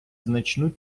значну